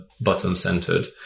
bottom-centered